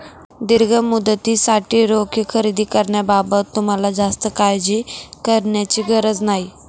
दीर्घ मुदतीसाठी रोखे खरेदी करण्याबाबत तुम्हाला जास्त काळजी करण्याची गरज नाही